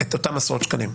את אותם עשרות שקלים.